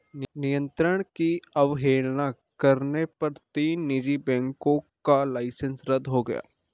नियंत्रण की अवहेलना करने पर तीन निजी बैंकों का लाइसेंस रद्द हो गया